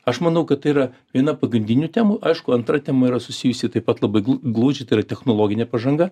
aš manau kad tai yra viena pagrindinių temų aišku antra tema yra susijusi taip pat labai gl glaudžiai tai yra technologinė pažanga